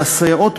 והסייעות,